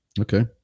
Okay